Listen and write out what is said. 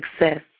success